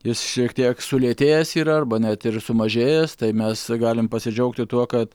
jis šiek tiek sulėtėjęs yra arba net ir sumažėjęs tai mes galim pasidžiaugti tuo kad